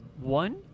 One